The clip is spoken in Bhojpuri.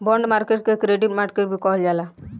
बॉन्ड मार्केट के क्रेडिट मार्केट भी कहल जाला